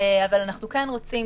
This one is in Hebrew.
אבל אנחנו רוצים,